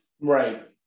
Right